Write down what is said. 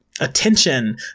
attention